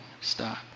stop